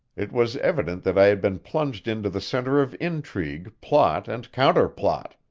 it was evident that i had been plunged into the center of intrigue, plot and counterplot.